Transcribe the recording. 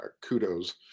kudos